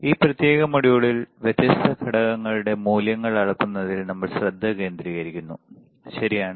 ഈ പ്രത്യേക മൊഡ്യൂളിൽ വ്യത്യസ്ത ഘടകങ്ങളുടെ മൂല്യങ്ങൾ അളക്കുന്നതിൽ നമ്മൾ ശ്രദ്ധ കേന്ദ്രീകരിക്കുന്നു ശരിയാണ്